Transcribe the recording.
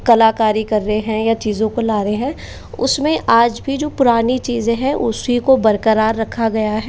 कलाकारी कर रहे हैं या चीज़ों को ला रहे हैं उसमें आज भी जो पुरानी चीज़ें हैं उसी को बरकरार रखा गया है